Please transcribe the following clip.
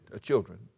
children